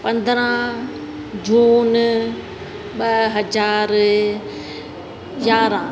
पंद्रहं जून ॿ हज़ार यारहं